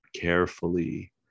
carefully